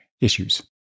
issues